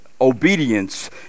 obedience